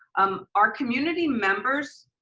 um our community members,